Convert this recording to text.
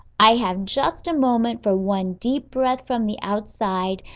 i have just a moment for one deep breath from the outside,